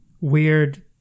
weird